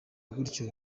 gutyo